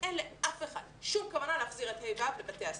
שאין לאף אחד שום כוונה להחזיר את כיתות ה'-ו' לבתי הספר.